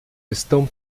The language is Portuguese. estão